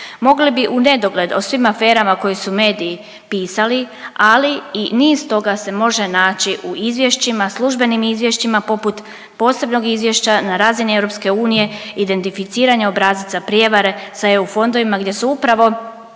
Mogli bi u nedogled o svim aferama koje su mediji pisali, ali i niz toga se može naći u izvješćima, službenim izvješćima poput posebnog izvješća na razini EU identificiranje obrazaca prijevare sa eu fondovima gdje su upravo